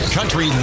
Country